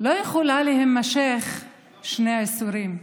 לא יכולה להימשך שני עשורים.